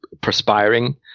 perspiring